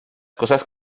cosas